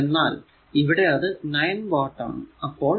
എന്നാൽ ഇവിടെ അത് 9 വാട്ട് ആണ്